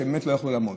שבאמת לא יכלו לעמוד